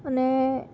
અને